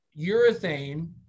urethane